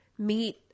meet